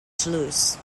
toulouse